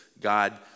God